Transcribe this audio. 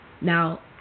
Now